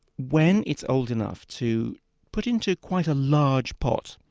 when it's old enough to put into quite a large pot,